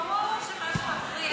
הרי ברור שמה שמפריע לך זה המנדטים שלנו,